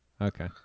okay